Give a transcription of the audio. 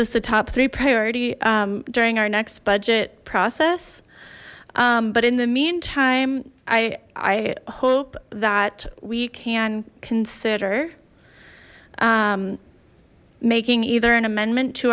this the top three priority during our next budget process but in the meantime i hope that we can consider making either an amendment to